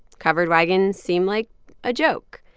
covered wagons seem like a joke,